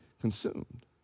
consumed